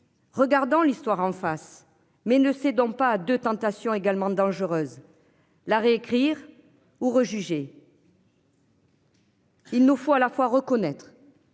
Regardant l'histoire en face, mais ne cédons pas de tentation également dangereuse. La réécrire ou rejugé. Il nous faut à la fois reconnaître.